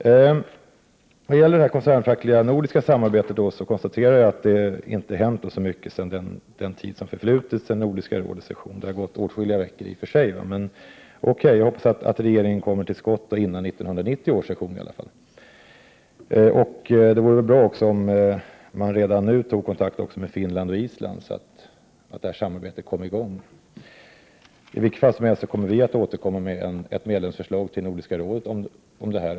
När det gäller det här koncernfackliga nordiska samarbetet så konstaterar jag att det inte hänt så mycket den tid som förflutit sedan Nordiska rådets session. Det har gått åtskilliga veckor i och för sig. Men, okej. Jag hoppas att regeringen kommer till skott innan 1990 års session i alla fall. Och det vore bra om man redan nu tog kontakt också med Finland och Island, så att det här samarbetet kommer i gång. I vilket fall som helst så kommer vi att återkomma med ett medlemsförslag till Nordiska rådet om det här.